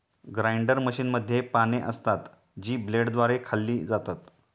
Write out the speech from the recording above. grinder मशीनमध्ये पाने असतात, जी ब्लेडद्वारे खाल्ली जातात